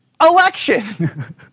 Election